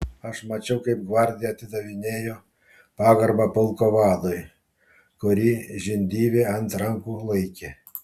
aš mačiau kaip gvardija atidavinėjo pagarbą pulko vadui kurį žindyvė ant rankų laikė